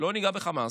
לא ניגע בחמאס,